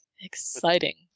Exciting